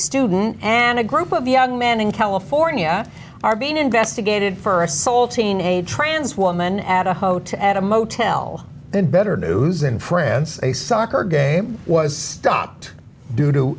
student and a group of young men in california are being investigated for a sole teenage transwoman at a hotel at a motel in better news in france a soccer game was stopped due to